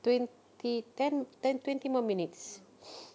twenty ten ten twenty more minutes